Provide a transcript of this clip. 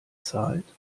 zahlt